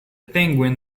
penguin